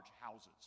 houses